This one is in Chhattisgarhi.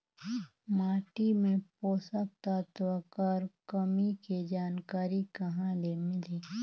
माटी मे पोषक तत्व कर कमी के जानकारी कहां ले मिलही?